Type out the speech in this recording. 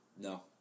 No